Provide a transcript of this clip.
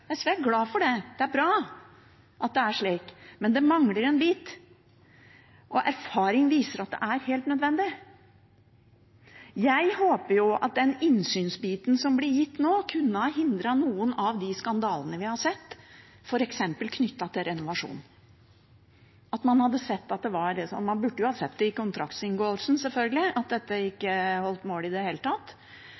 SV er glad for det; det er bra at det er slik. Men det mangler en bit. Og erfaring viser at det er helt nødvendig. Jeg håper at den innsynsbiten som nå blir gitt, kunne ha hindret noen av de skandalene vi har sett, f.eks. knyttet til renovasjon, at man selvfølgelig burde ha sett ved kontraktsinngåelsen at dette ikke